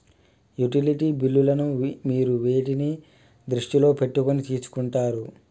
Utility బిల్లులను మీరు వేటిని దృష్టిలో పెట్టుకొని తీసుకుంటారు?